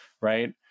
Right